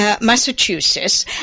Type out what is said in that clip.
Massachusetts